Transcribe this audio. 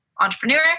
entrepreneur